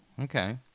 okay